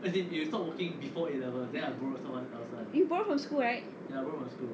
you borrow from school right